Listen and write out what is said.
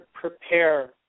Prepare